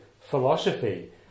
philosophy